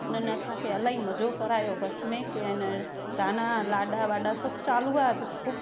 उन्हनि असांखे इलाही मज़ो करायो बस में की इहे न गाना लाॾा वाडा सभु चालू हुआ त ख़ूबु